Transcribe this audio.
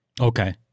Okay